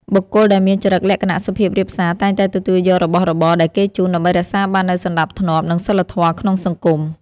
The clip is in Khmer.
បុគ្គលដែលមានចរិតលក្ខណៈសុភាពរាបសារតែងតែទទួលយករបស់របរដែលគេជូន ដើម្បីរក្សាបាននូវសណ្តាប់ធ្នាប់ និងសីលធម៌ក្នុងសង្គម។